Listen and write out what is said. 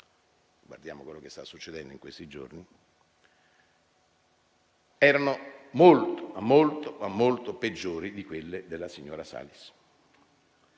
(guardiamo quello che sta succedendo in questi giorni), erano molto, ma molto peggiori di quelle della signora Salis.